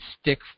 stick